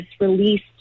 released